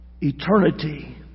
Eternity